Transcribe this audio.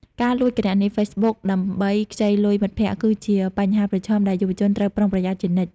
ការលួចគណនី Facebook ដើម្បីខ្ចីលុយមិត្តភក្តិ គឺជាបញ្ហាប្រឈមដែលយុវជនត្រូវប្រុងប្រយ័ត្នជានិច្ច។